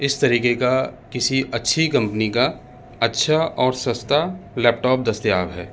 اس طریقے کا کسی اچھی کمپنی کا اچھا اور سستا لیپ ٹاپ دستیاب ہے